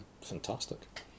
fantastic